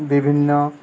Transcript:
বিভিন্ন